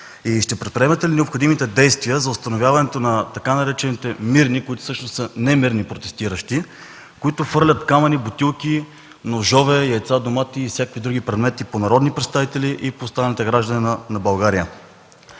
и ще предприемете ли необходимите действия за установяването на така наречените „мирни”, които всъщност са не мирни протестиращи, които хвърлят камъни, бутилки, ножове, яйца, домати и всякакви други предмети по народни представители и по останалите граждани на България?